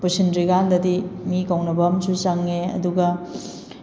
ꯄꯨꯁꯤꯟꯗ꯭ꯔꯤꯀꯥꯟꯗꯗꯤ ꯃꯤ ꯀꯧꯅꯕ ꯑꯝꯁꯨ ꯆꯪꯉꯦ ꯑꯗꯨꯒ